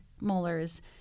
molars